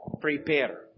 prepare